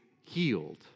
healed